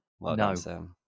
No